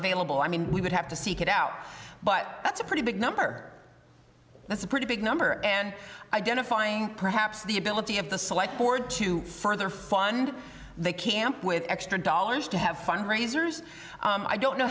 available i mean we would have to seek it out but that's a pretty big number that's a pretty big number and identifying perhaps the ability of the select board to further fund the camp with extra dollars to have fund raisers i don't know